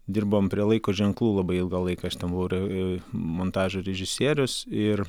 dirbom prie laiko ženklų labai ilgą laiką šitam ir montažo režisierius ir